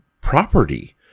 property